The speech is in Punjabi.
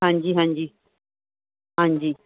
ਹਾਂਜੀ ਹਾਂਜੀ ਹਾਂਜੀ